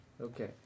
Okay